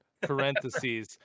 parentheses